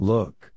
Look